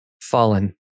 Fallen